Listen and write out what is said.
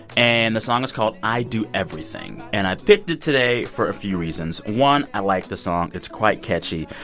and the song is called i do everything. and i picked it today for a few reasons. one, i like the song. it's quite catchy.